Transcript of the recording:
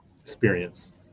Experience